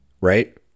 right